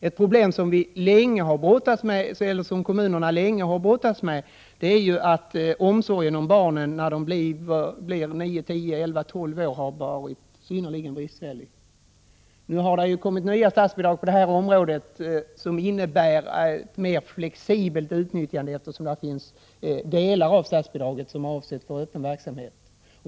Ett problem som kommunerna länge har brottats med är att omsorgen om barn i åldrarna nio till tolv år har varit synnerligen bristfällig. Nu har det kommit nya regler för statsbidrag på detta område som innebär ett mer flexibelt utnyttjande, eftersom delar av statsbidraget är avsedda för öppen verksamhet.